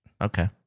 Okay